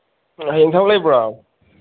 ꯍꯌꯦꯡ ꯊꯕꯛ ꯂꯩꯕ꯭ꯔꯣ